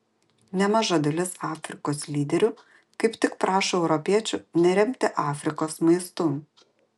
nemaža dalis afrikos lyderių kaip tik prašo europiečių neremti afrikos maistu